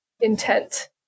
intent